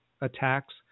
attacks